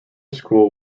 school